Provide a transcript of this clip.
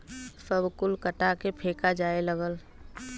सब कुल कटा के फेका जाए लगल